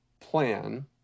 plan